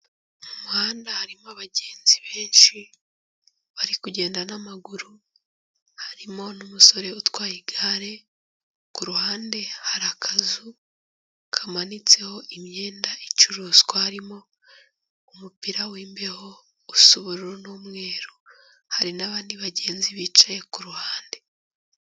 Mu muhanda harimo abagenzi benshi bari kugenda n'amaguru, harimo n'umusore utwaye igare, ku ruhande hari akazu kamanitseho imyenda icuruzwa, harimo umupira w'imbeho usa ubururu n'umweru, hari n'abandi bagenzi bicaye ku ruhande.